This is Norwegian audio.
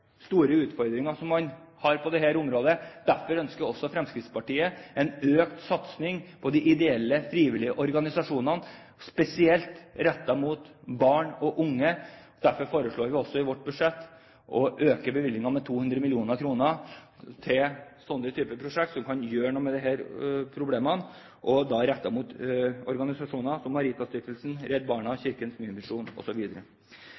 store utfordringer på dette området. Derfor ønsker også Fremskrittspartiet en økt satsing på de ideelle, frivillige organisasjonene, spesielt rettet mot barn og unge. Derfor foreslår vi også i vårt budsjett å øke bevilgningene med 200 mill. kr til disse, de som kan gjøre noe med problemene, rettet mot organisasjoner som Maritastiftelsen, Redd Barna,